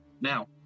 Now